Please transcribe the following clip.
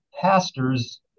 pastors